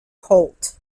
colt